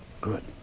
Good